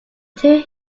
two